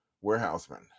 warehouseman